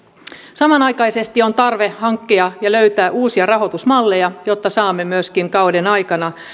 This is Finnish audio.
samanaikaisesti on tarve hankkia ja löytää uusia rahoitusmalleja jotta saamme myöskin kauden aikana